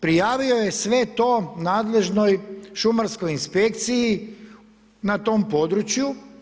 Prijavio je sve to nadležnoj šumarskoj inspekciji na tom području.